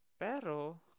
Pero